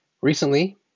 Recently